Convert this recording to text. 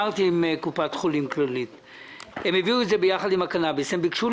הם ביקשו להשוות את עצמם עם הקופות האחרות.